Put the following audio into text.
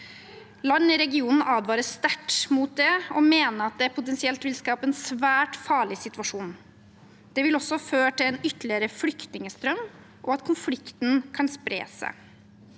Land i regionen advarer sterkt mot det og mener det potensielt vil skape en svært farlig situasjon. Det vil også føre til en ytterligere flyktningstrøm og at konflikten kan spre seg.